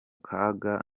kaga